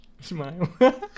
smile